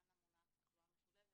מכאן המונח תחלואה משולבת